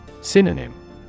Synonym